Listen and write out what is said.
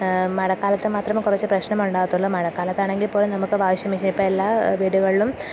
അ മഴക്കാലത്തു മാത്രമേ കുറച്ചു പ്രശ്നമുണ്ടാകത്തുള്ളൂ മഴക്കാലത്താണെങ്കില് പോലും നമുക്ക് വാഷിംഗ് മെഷീൻ ഇപ്പോള് എല്ലാ വീടുകളിലും